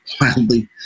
wildly